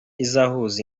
izahuza